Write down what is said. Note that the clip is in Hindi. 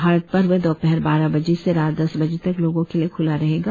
भारत पर्व दोपहर बारह बजे से रात दस बजे तक लोगों के लिए खुला रहेगा